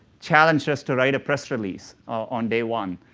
challenged us to write a press release on day one.